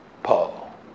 Paul